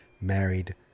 married